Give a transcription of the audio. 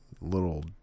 little